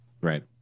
Right